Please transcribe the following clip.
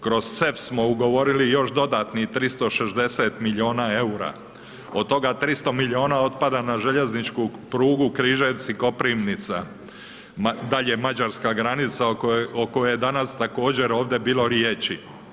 Kroz CEFS smo ugovorili još dodatnih 360 milijuna EUR-a, od toga 300 milijuna otpada na željezničku prugu Križevci-Koprivnica, dalje mađarska granica o kojoj je danas također ovdje bilo riječi.